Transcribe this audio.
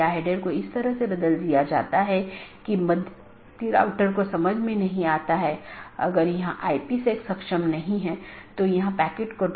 और जब यह विज्ञापन के लिए होता है तो यह अपडेट संदेश प्रारूप या अपडेट संदेश प्रोटोकॉल BGP में उपयोग किया जाता है हम उस पर आएँगे कि अपडेट क्या है